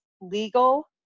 legal